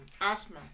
asthma